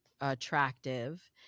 attractive